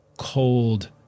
cold